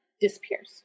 disappears